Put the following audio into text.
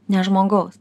ne žmogaus